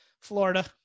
Florida